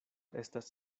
estas